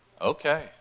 Okay